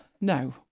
no